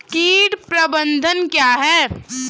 कीट प्रबंधन क्या है?